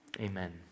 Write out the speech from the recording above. Amen